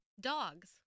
Dogs